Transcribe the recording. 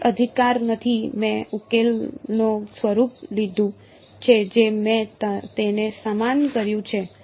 કોઈ અધિકાર નથી મેં ઉકેલનું સ્વરૂપ લીધું છે જે મેં તેને સમાન કર્યું છે